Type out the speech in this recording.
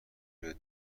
روی